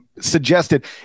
suggested